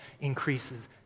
increases